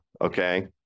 okay